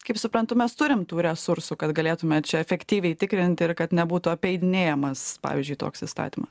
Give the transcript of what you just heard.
kaip suprantu mes turim tų resursų kad galėtume čia efektyviai tikrinti ir kad nebūtų apeidinėjamas pavyzdžiui toks įstatymas